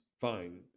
Fine